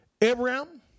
Abraham